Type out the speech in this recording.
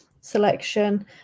selection